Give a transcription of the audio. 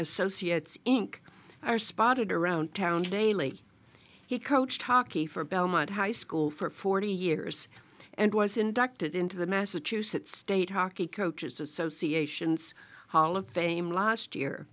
associates inc are spotted around town daily he coached hockey for belmont high school for forty years and was inducted into the massachusetts state hockey coaches associations hall of fame last year